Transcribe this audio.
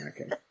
Okay